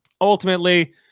ultimately